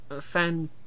fan